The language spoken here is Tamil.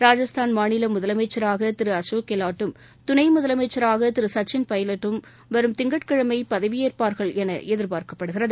ராஜஸ்தான் மாநில முதலமைச்சராக திரு அசோக் ஹெலாாட்டும் துணை முதலமைச்சராக திரு சக்சின் பைலட்டும் வரும் திங்கட்கிழமை பதவியேற்பார்கள் என எதிர்பார்க்கப்படுகிறது